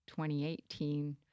2018